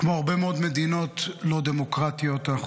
כמו הרבה מאוד מדינות לא דמוקרטיות אנחנו